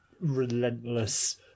relentless